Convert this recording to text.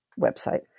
website